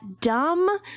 dumb